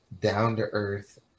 down-to-earth